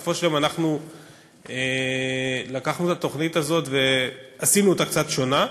בסופו של יום אנחנו לקחנו את התוכנית הזאת ועשינו אותה קצת שונה,